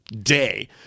day